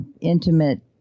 intimate